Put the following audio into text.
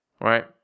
right